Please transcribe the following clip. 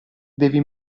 devi